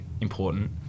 important